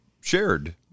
shared